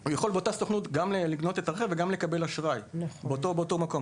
הוא יכול גם לקנות את הרכב וגם לקבל את האשראי באותה הסוכנות.